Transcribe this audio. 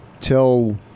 tell